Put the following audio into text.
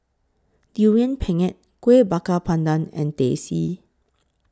Durian Pengat Kueh Bakar Pandan and Teh C